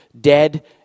dead